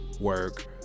work